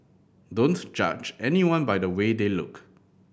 don't judge anyone by the way they look